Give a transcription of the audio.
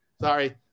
Sorry